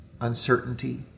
uncertainty